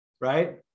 Right